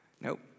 nope